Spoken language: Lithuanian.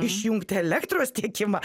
išjungti elektros tiekimą